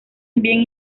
bien